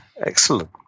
excellent